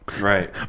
right